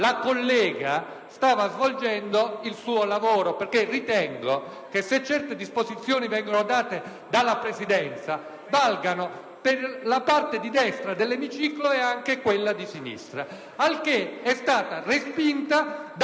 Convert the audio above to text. la collega stava svolgendo il suo lavoro, perché ritengo che se certe disposizioni sono date dalla Presidenza, esse valgono per la parte di destra dell'emiciclo e per quella di sinistra. Tuttavia la collega è stata respinta dalle